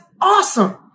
awesome